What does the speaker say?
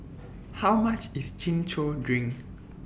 How much IS Chin Chow Drink